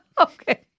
Okay